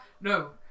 No